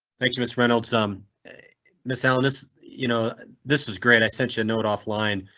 thank you miss reynolds, um miss alice, you know this is great. i sent you a note offline.